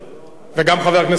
וגם חבר הכנסת זאב.